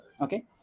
okay